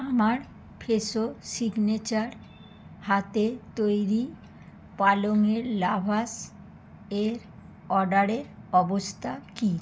আমার ফ্রেশো সিগনেচার হাতে তৈরি পালঙের লাভাশ এর অর্ডারের অবস্থা কী